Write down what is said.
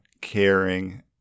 caring